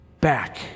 back